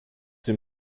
dem